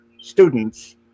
students